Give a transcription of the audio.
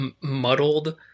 muddled